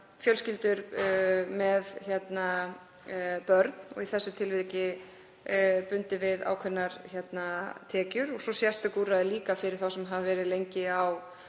fjölskyldur með börn, í því tilviki bundið við ákveðnar tekjur, og svo sérstök úrræði líka fyrir þá sem hafa verið lengi á